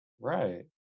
Right